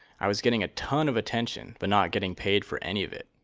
i was getting a ton of attention, but not getting paid for any of it.